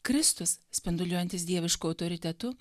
kristus spinduliuojantis dievišku autoritetu